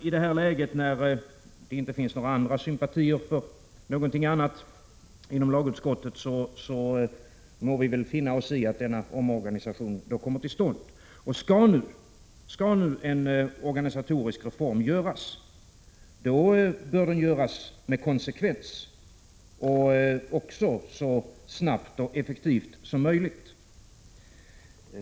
I detta läge, när det inom lagutskottet inte finns några sympatier för något annat, må vi väl finna oss i att denna omorganisation kommer till stånd. Skall nu en organisatorisk reform genomföras, bör den genomföras med konsekvens och så snabbt och effektivt som möjligt.